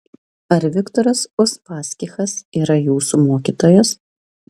ar viktoras uspaskichas yra jūsų mokytojas